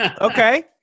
Okay